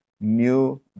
new